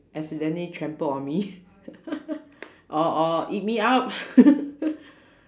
accidentally trample on me or or eat me up